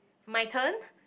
my turn